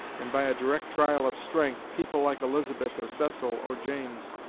and by a direct trial of strength, people like elizabeth or cecil or james